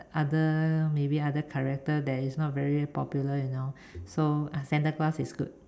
other maybe other character that is not very popular you know so ah Santa-Claus is good